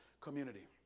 community